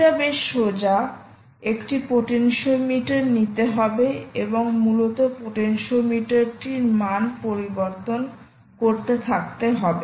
এটা বেশ সোজা একটি পোটেনশিওমিটার নিতে হবে এবং মূলত পোটেনশিওমিটারটির মান পরিবর্তন করতে থাকবে হবে